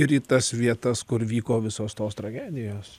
ir į tas vietas kur vyko visos tos tragedijos